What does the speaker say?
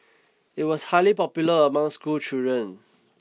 it was highly popular among schoolchildren